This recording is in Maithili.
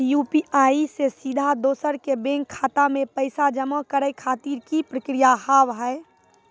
यु.पी.आई से सीधा दोसर के बैंक खाता मे पैसा जमा करे खातिर की प्रक्रिया हाव हाय?